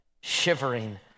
shivering